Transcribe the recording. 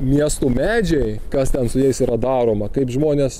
miestų medžiai kas ten su jais yra daroma kaip žmonės